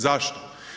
Zašto?